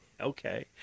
okay